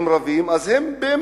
רבים על פת לחם, אז הם באמת